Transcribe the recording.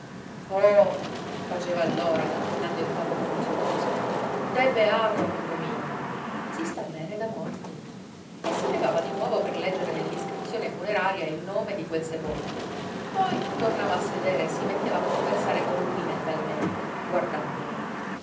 faceva allora tentennando il capo con un sorriso te beato amico mio si sta bene da morti e si levava di nuovo per leggere nell'inscrizione funeraria il nome di quel sepolto poi tornava a sedere e si metteva a conversare con lui mentalmente guardandolo